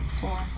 Four